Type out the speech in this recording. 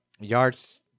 yards